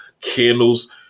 candles